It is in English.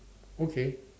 okay